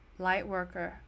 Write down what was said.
Lightworker